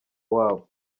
wabo